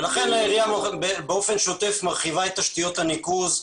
לכן העירייה באופן שוטף מרחיבה את תשתיות הניקוז,